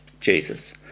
Jesus